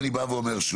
אני אומר שוב,